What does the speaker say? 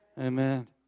Amen